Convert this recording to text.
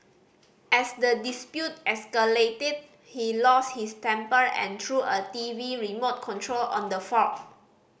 as the dispute escalated he lost his temper and threw a T V remote control on the four